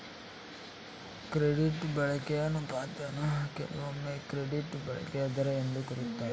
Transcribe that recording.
credit ಬಳಕೆಯ ಅನುಪಾತವನ್ನ ಕೆಲವೊಮ್ಮೆ ಕ್ರೆಡಿಟ್ ಬಳಕೆಯ ದರ ಎಂದು ಕರೆಯುತ್ತಾರೆ